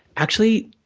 actually,